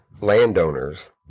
landowners